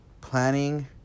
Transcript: planning